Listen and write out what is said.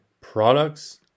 products